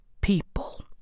people